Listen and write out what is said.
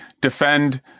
defend